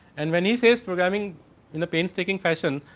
and when he says programming in the pain trekking passion,